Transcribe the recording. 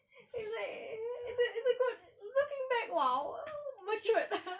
it's like it's a it's a good looking back !wow! matured